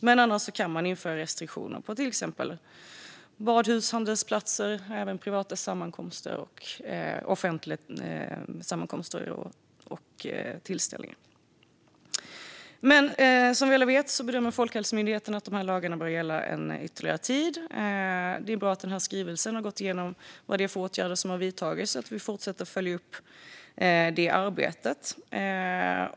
Man kan dock införa restriktioner för till exempel badhus och handelsplatser samt för privata sammankomster och offentliga tillställningar. Som vi alla vet bedömer Folkhälsomyndigheten att dessa lagar bör gälla ytterligare en tid. Det är bra att skrivelsen om vilka åtgärder som har vidtagits har gått igenom och att vi fortsätter att följa upp det arbetet.